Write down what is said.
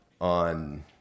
on